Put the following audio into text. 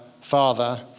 Father